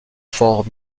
fort